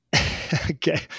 Okay